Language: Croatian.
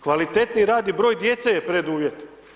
Kvalitetniji rad i broj djece je preduvjet.